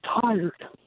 tired